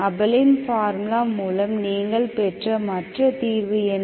ஆபெலின் formula மூலம் நீங்கள் பெற்ற மற்ற தீர்வு என்ன